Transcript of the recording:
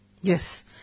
Yes